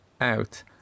out